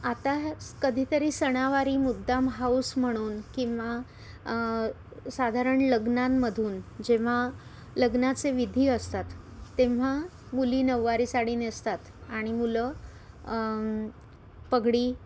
आता हे कधीतरी सणावारी मुद्दाम हौस म्हणून किंवा साधारण लग्नांमधून जेव्हा लग्नाचे विधी असतात तेव्हा मुली नऊवारी साडी नेसतात आणि मुलं पगडी